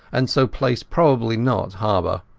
and so place probably not harbour.